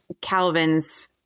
Calvin's